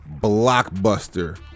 blockbuster